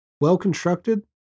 well-constructed